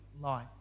light